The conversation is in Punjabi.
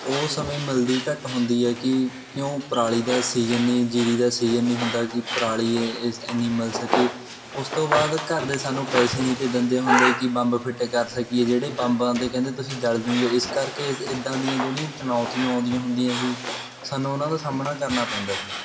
ਉਹ ਸਮੇਂ ਮਿਲਦੀ ਘੱਟ ਹੁੰਦੀ ਹੈ ਕਿ ਕਿਉਂ ਪਰਾਲੀ ਦਾ ਸੀਜਨ ਨਹੀਂ ਜ਼ੀਰੀ ਦਾ ਸੀਜ਼ਨ ਨਹੀਂ ਹੁੰਦਾ ਕਿ ਪਰਾਲੀ ਐ ਇਸ ਐਨੀ ਮਿਲ ਸਕੇ ਉਸ ਤੋਂ ਬਾਅਦ ਘਰ ਦੇ ਸਾਨੂੰ ਪੈਸੇ ਨਹੀਂ ਤੇ ਦਿੰਦੇ ਹੁੰਦੇ ਕਿ ਬੰਬ ਫਿੱਟ ਕਰ ਸਕੀਏ ਜਿਹੜੇ ਬੰਬਾਂ ਦੇ ਕਹਿੰਦੇ ਤੁਸੀਂ ਜਲ ਜਾਵੋਂਗੇ ਇਸ ਕਰਕੇ ਇਸ ਇੱਦਾਂ ਦੀਆਂ ਜਿਹੜੀਆਂ ਚੁਣੌਤੀਆਂ ਆਉਂਦੀਆਂ ਹੁੰਦੀਆਂ ਸੀ ਸਾਨੂੰ ਉਹਨਾਂ ਦਾ ਸਾਹਮਣਾ ਕਰਨਾ ਪੈਂਦਾ ਸੀ